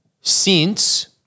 Since-